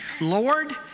Lord